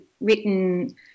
written –